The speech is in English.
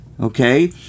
okay